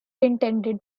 intended